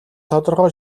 тодорхой